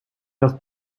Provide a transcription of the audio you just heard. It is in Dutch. had